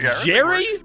Jerry